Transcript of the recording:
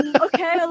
okay